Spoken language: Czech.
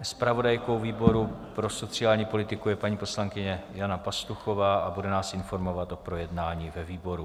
Zpravodajkou výboru pro sociální politiku je paní poslankyně Jana Pastuchová a bude nás informovat o projednání ve výboru.